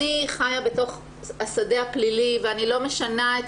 אני חיה בתוך השדה הפלילי ואני לא משנה את